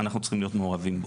אנחנו צריכים להיות מעורבים בו,